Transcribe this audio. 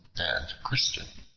and christian.